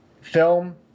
film